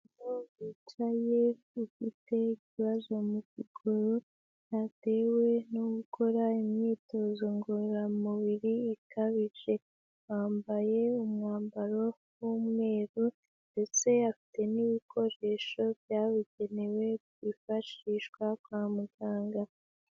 Umuntu wicayeyi ufite ikibazo mu kuguru, yatewe no gukora imyitozo ngororamubiri ikabije, yambaye umwambaro w'umweru ndetse afite n'ibikoresho byabugenewe byifashishwa kwa muganga.